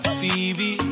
Phoebe